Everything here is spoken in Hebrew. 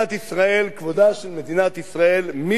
כבודה של מדינת ישראל מתבזה,